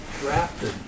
drafted